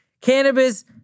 cannabis